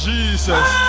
Jesus